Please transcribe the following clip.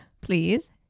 please